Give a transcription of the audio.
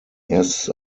erstes